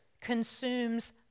consumes